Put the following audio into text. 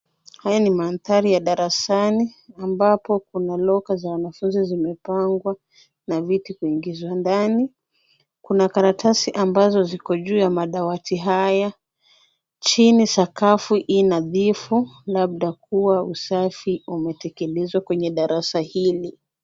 Haya ni mandhari ya darasani ambapo kuna loka za wanafunzi zimepangwa na viti kuingizwa ndani. Kuna karatasi ambazo ziko juu ya madawati haya . Chini, sakafu ii nadhifu labda kuwa usafi umetekelezwa kwenye darasa hili.